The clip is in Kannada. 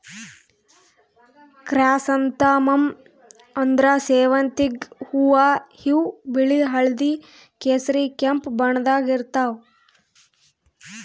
ಕ್ರ್ಯಸಂಥಾಮಮ್ ಅಂದ್ರ ಸೇವಂತಿಗ್ ಹೂವಾ ಇವ್ ಬಿಳಿ ಹಳ್ದಿ ಕೇಸರಿ ಕೆಂಪ್ ಬಣ್ಣದಾಗ್ ಇರ್ತವ್